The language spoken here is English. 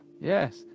yes